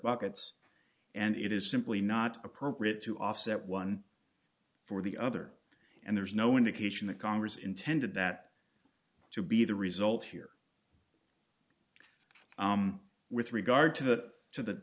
buckets and it is simply not appropriate to offset one or the other and there's no indication that congress intended that to be the result here with regard to the to the